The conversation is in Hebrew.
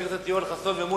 חברי הכנסת יואל חסון ומולה,